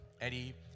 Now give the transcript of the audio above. Eddie